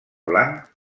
blanc